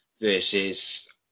versus